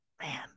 Man